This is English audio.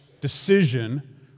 decision